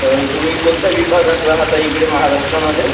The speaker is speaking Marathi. तर तुम्ही कोणत्या विभागात राहता हिकडे महाराष्ट्रामधे